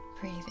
Breathe